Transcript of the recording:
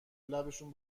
لبشون